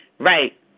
Right